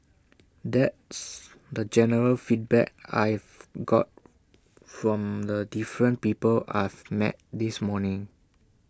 that's the general feedback I've got from the different people I've met this morning